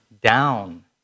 down